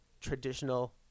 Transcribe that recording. traditional